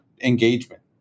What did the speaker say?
engagement